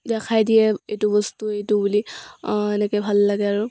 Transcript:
দেখাই দিয়ে এইটো বস্তু এইটো বুলি এনেকৈ ভাল লাগে আৰু